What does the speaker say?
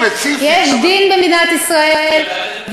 יש דין במדינת ישראל,